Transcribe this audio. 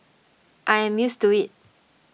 I am used to it